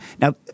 Now